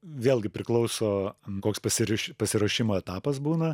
vėlgi priklauso koks pasiriš pasiruošimo etapas būna